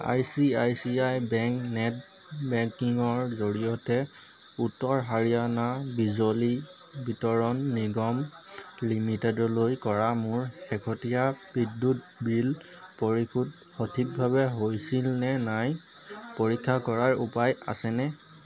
I C I C I bank net বেংকিঙৰ জৰিয়তে উত্তৰ হাৰিয়ানা বিজুলী বিতৰণ নিগম লিমিটেডলৈ কৰা মোৰ শেহতীয়া বিদ্যুৎ বিল পৰিশোধ সঠিকভাৱে হৈছিলনে নাই পৰীক্ষা কৰাৰ উপায় আছেনে